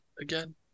again